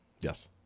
Yes